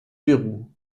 pérou